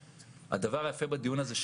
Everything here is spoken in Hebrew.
הדבר היפה בדיון הזה,